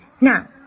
Now